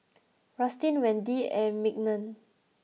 Rustin Wendy and Mignon